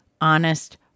honest